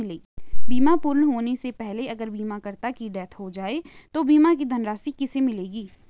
बीमा पूर्ण होने से पहले अगर बीमा करता की डेथ हो जाए तो बीमा की धनराशि किसे मिलेगी?